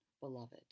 beloved